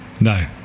No